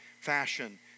fashion